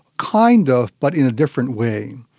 kind of, but in a different way.